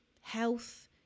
health